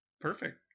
perfect